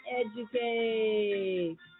educate